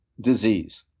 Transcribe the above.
disease